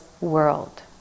world